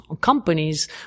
companies